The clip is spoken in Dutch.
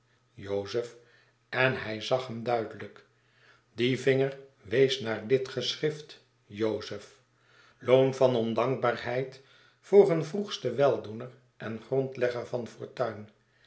jozef en hij zag hem duidelijk die vinger wees naar dit geschrift jozef loon van ondankbaarheid voor een vroegsten weldoener en grondlegger van fortuin